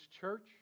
church